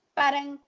parang